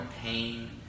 pain